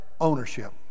ownership